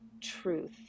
truth